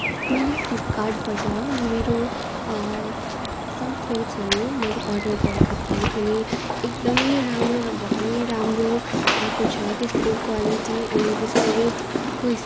मैले फ्लिपकार्टबाट मेरो सम क्लथ्सहरू मैले अर्डर गरेको थिएँ अनि एकदमै राम्रोभन्दा पनि राम्रो आएको छ त्यसको क्वालिटी अनि त्यसको रेटको